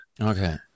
Okay